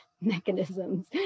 mechanisms